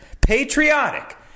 Patriotic